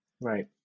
Right